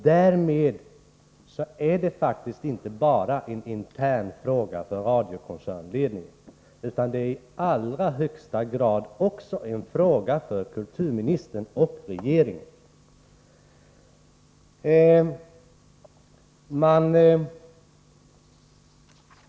Därmed är detta faktiskt inte bara en intern fråga för radiokoncernledningen, utan det är i allra högsta grad också en fråga för kulturministern och för regeringen.